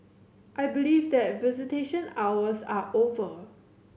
I believe that visitation hours are over